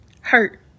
Hurt